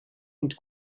und